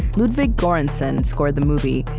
ludwig goransson scored the movie,